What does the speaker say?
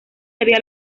había